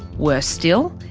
worse still,